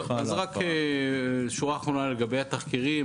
שורה אחרונה לגבי התחקירים,